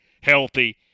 healthy